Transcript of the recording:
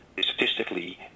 Statistically